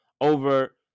over